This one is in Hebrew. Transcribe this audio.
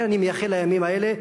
אני מייחל לימים האלה.